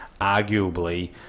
arguably